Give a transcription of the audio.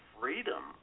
freedom